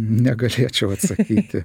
negalėčiau atsakyti